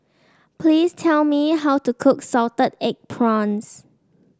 please tell me how to cook Salted Egg Prawns